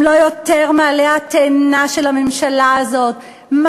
הם לא יותר מעלה התאנה של הממשלה הזאת,